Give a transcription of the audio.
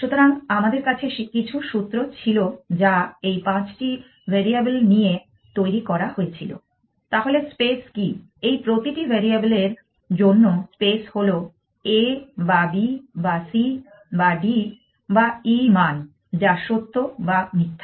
সুতরাং আমাদের কাছে কিছু সূত্র ছিল যা এই 5টি ভ্যারিয়েবল নিয়ে তৈরি করা হয়েছিল তাহলে স্পেস কি এই প্রতিটি ভ্যারিয়েবল এর জন্য স্পেস হলো a বা b বা c বা d বা e মান যা সত্য বা মিথ্যা